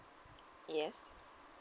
yes